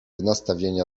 nastawienia